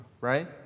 right